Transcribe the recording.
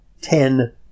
ten